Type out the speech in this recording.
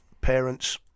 parents